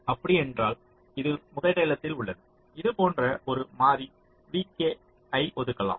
அப்படியென்றால் இது முதலிடத்தில் உள்ளது இது போன்று ஒரு மாறி vk ஐ ஒதுக்கலாம்